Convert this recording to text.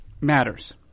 matters